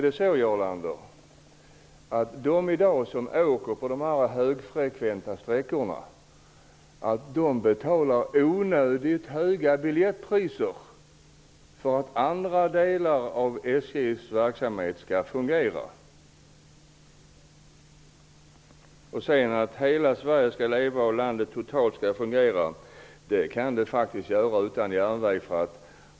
Betalar de som i dag åker på de högfrekventa sträckorna onödigt höga biljettpriser för att andra delar av SJ:s verksamhet skall kunna fungera? Hela landet kan faktiskt fungera utan järnväg.